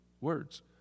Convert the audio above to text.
words